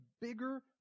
bigger